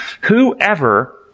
Whoever